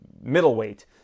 middleweight